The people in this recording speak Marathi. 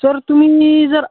सर तुम्ही जर